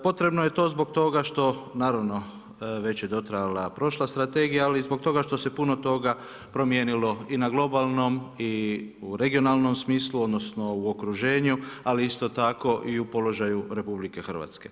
Potrebno je to zbog toga što naravno već je dotrajala prošla strategija ali i zbog toga što se puno toga promijenilo i na globalnom i u regionalnom smislu, odnosno u okruženju ali isto tako i u položaju RH.